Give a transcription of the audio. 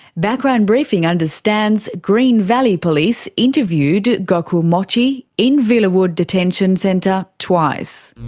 background briefing understands green valley police interviewed gokul mochi in villawood detention centre twice.